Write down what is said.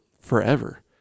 forever